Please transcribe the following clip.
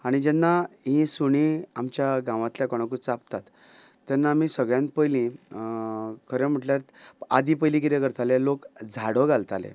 आणी जेन्ना हीं सुणीं आमच्या गांवांतल्या कोणाकूय चाबतात तेन्ना आमी सगळ्यान पयली खरें म्हटल्यार आदीं पयली कितें करताले लोक झाडो घालताले